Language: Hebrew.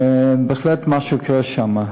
בהחלט, את מה שקורה שם.